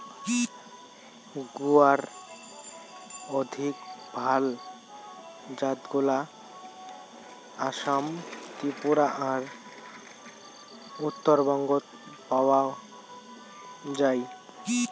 গুয়ার অধিক ভাল জাতগুলা আসাম, ত্রিপুরা আর উত্তরবঙ্গত পাওয়াং যাই